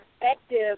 perspective